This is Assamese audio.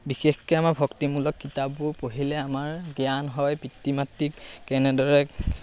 বিশেষকৈ আমাৰ ভক্তিমূলক কিতাপবোৰ পঢ়িলে আমাৰ জ্ঞান হয় পিতৃ মাতৃক কেনেদৰে